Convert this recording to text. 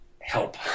help